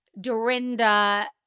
Dorinda